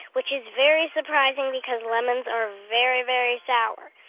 which is very surprising because lemons are very, very sour.